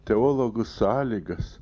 teologų sąlygas